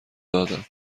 دادم